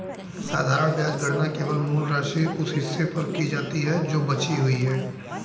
साधारण ब्याज गणना केवल मूल राशि, उस हिस्से पर की जाती है जो बची हुई है